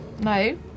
No